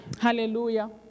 Hallelujah